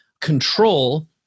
control